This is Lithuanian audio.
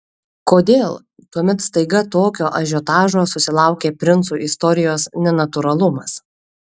kodėl tuomet staiga tokio ažiotažo susilaukė princų istorijos nenatūralumas